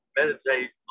meditate